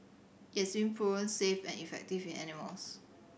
it's in proven safe and effective in animals